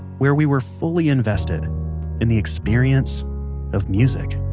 where we were fully invested in the experience of music